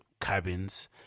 cabins